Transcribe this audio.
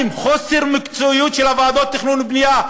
2. חוסר מקצועיות של ועדות התכנון והבנייה.